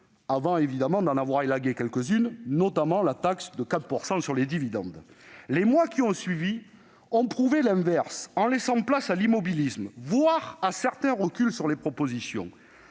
l'a pas empêché d'en élaguer quelques-unes, notamment la taxe de 4 % sur les dividendes ... Les mois qui ont suivi ont prouvé l'inverse, laissant place à l'immobilisme, voire à certains reculs sur les propositions.